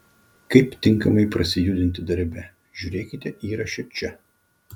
kaip tinkamai prasijudinti darbe žiūrėkite įraše čia